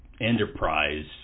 enterprise